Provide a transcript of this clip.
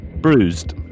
bruised